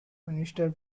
minister